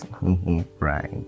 right